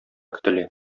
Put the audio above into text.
көтелә